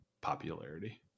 popularity